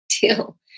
deal